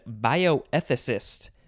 bioethicist